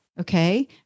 Okay